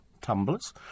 tumblers